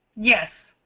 yes.